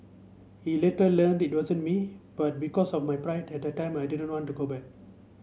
he later learned it wasn't me but because of my pride at the time I didn't want to go back